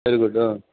very good ಹಾಂ